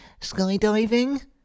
skydiving